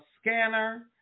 Scanner